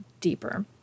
deeper